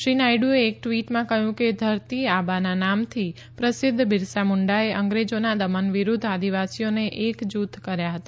શ્રી નાયડુએ એક વી માં કહયું કે ધરતીઆબાના નામથી પ્રસિધ્ધા બિરસા મુંડાએ અંગ્રેજોના દમન વિરુધ્ધ આદિવાસીઓને એકજુથ કર્યા હતા